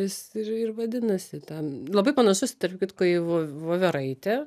jis ir ir vadinasi ten labai panašus tarp kitko į vov voveraitę